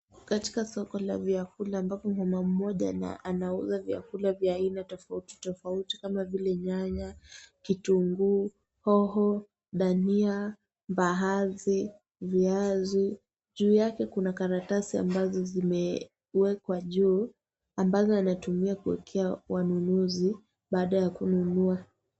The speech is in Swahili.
Watu watatu, wawili wakionekana kuwa juu ya gari wakiwa na magaloni mmoja akiwa amevaa ovaloli anayamimina maziwa. Huku kunaonekana kuwa sehemu ambapo maziwa huuzwa na hata kuwekwa.